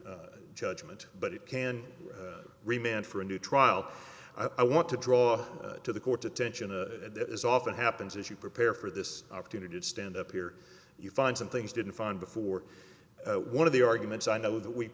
a judgment but it can remain for a new trial i want to draw to the court's attention to as often happens as you prepare for this opportunity to stand up here you find some things didn't find before one of the arguments i know